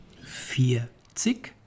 Vierzig